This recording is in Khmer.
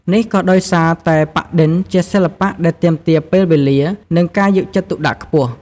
នេះក៏ដោយសារតែ ប៉ាក់-ឌិន ជាសិល្បៈដែលទាមទារពេលវេលា និងការយកចិត្តទុកដាក់ខ្ពស់។